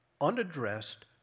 Unaddressed